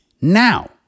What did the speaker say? Now